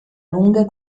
lunga